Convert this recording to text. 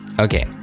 Okay